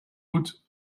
put